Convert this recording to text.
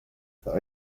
though